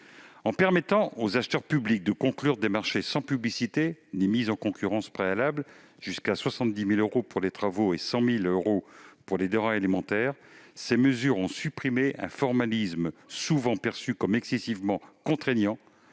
En permettant aux acheteurs publics de conclure des marchés sans publicité ni mise en concurrence préalables jusqu'à 70 000 euros pour les travaux et jusqu'à 100 000 euros pour les denrées alimentaires, ces mesures ont supprimé un formalisme souvent perçu comme excessivement contraignant